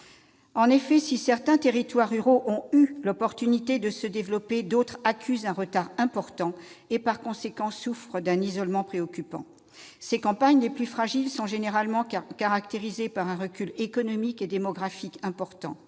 En effet, si certains territoires ruraux ont eu l'occasion de se développer, d'autres accusent un grand retard et souffrent, par conséquent, d'un isolement préoccupant. Ces campagnes les plus fragiles sont généralement caractérisées par un recul économique et démographique important.